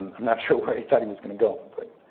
i'm not sure where he thought he was going to go. but